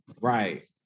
Right